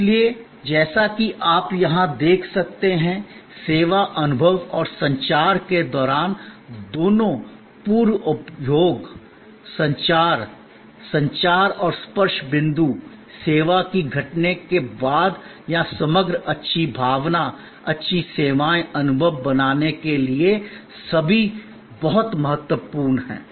इसलिए जैसा कि आप यहां देख सकते हैं सेवा अनुभव और संचार के दौरान दोनों पूर्व उपभोग संचार संचार और स्पर्श बिंदु सेवा की घटना के बाद या समग्र अच्छी भावना अच्छी सेवाएं अनुभव बनाने के लिए सभी बहुत महत्वपूर्ण हैं